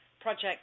project